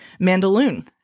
Mandaloon